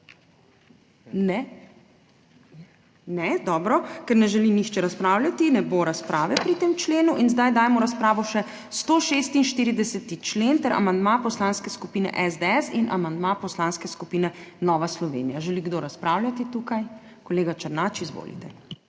Ne. Dobro. Ker ne želi nihče razpravljati, ne bo razprave pri tem členu. Zdaj dajem v razpravo še 146. člen ter amandma Poslanske skupine SDS in amandma Poslanske skupine Nova Slovenija. Želi kdo razpravljati tukaj? Kolega Černač, izvolite.